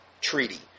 Treaty